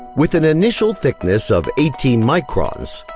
with an initial thickness of eighteen microns,